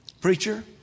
Preacher